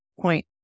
point